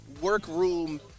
Workroom